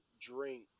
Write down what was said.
drink